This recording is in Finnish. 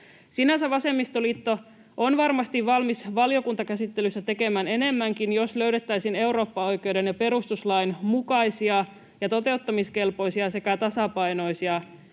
Sinänsä vasemmistoliitto on varmasti valmis valiokuntakäsittelyssä tekemään enemmänkin, jos löydettäisiin eurooppaoikeuden ja perustuslain mukaisia ja toteuttamiskelpoisia sekä tasapainoisia